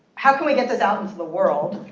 how can we get this out into the world?